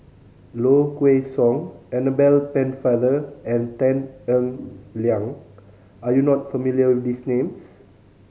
Low Kway Song Annabel Pennefather and Tan Eng Liang are you not familiar with these names